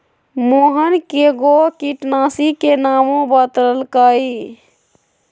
मोहन कै गो किटनाशी के नामो बतलकई